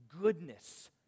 goodness